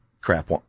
crap